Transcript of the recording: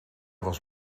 was